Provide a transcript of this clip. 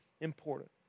important